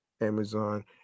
Amazon